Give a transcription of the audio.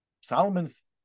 solomon's